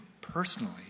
personally